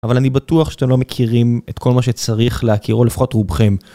אבל אני בטוח שאתם לא מכירים את כל מה שצריך להכירו לפחות רובכם.